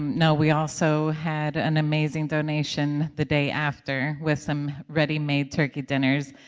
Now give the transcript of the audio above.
no, we also had an amazing donation the day after with some ready-made turkey dinners,